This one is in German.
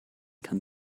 kann